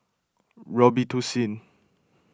Robitussin